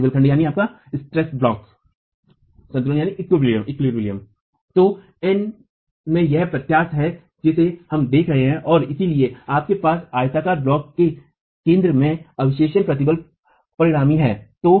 तो N में यह प्रत्यास्थत है जिसे हम देख रहे हैं और इसलिए आपके पास आयताकार ब्लॉक के केंद्र में अधिवेशन प्रतिबल परिणामी है